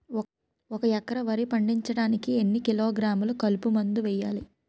ఒక ఎకర వరి పండించటానికి ఎన్ని కిలోగ్రాములు కలుపు మందు వేయాలి?